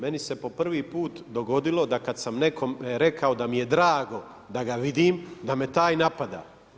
Meni se po prvi put dogodilo da kad sam nekom rekao da mi je drago da ga vidim, da me taj napada.